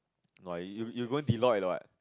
why you you going Deloitte what